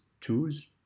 tools